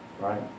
Right